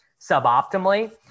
suboptimally